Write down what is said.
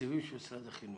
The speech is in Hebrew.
התקציבים של משרד החינוך.